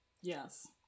Yes